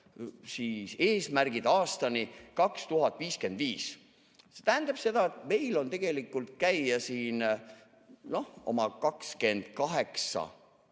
eesmärgid aastani 2055. See tähendab seda, et meil on tegelikult käia siin oma 28